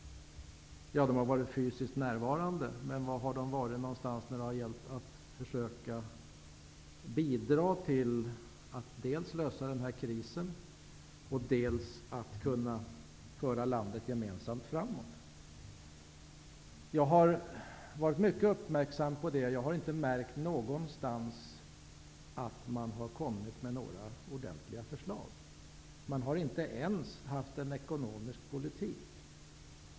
De har varit fysiskt närvarande, men jag undrar var de har varit när det gällt att försöka bidra till att dels lösa krisen, dels föra landet gemensamt framåt. Jag har varit mycket uppmärksam på detta, men jag har inte någonstans märkt att Socialdemokraterna har kommit med några ordentliga förslag. De har inte ens haft en ekonomisk politik.